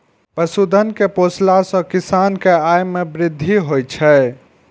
पशुधन कें पोसला सं किसान के आय मे वृद्धि होइ छै